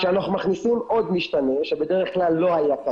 כשאנחנו מכניסים עוד משתנה שבדרך כלל לא היה,